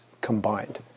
combined